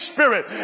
Spirit